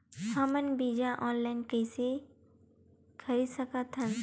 हमन बीजा ऑनलाइन कइसे खरीद सकथन?